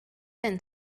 been